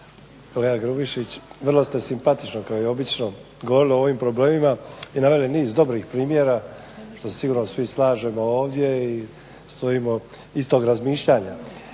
Kolega Grubišić vrlo ste simpatično kao i obično govorili o ovim problemima i naveli niz dobrih primjera što se sigurno svi slažemo ovdje i stojimo istog razmišljanja.